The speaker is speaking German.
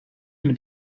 mit